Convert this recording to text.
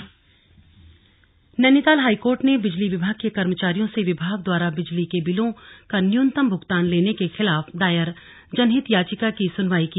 slug Uttarakhand high court Nainital high court ने बिजली विभाग के कर्मचारियों से विभाग द्वारा बिजली के बिलों का न्यूनतम भुगतान लेने के खिलाफ दायर जनहित याचिका की सुनवाई की